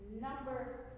number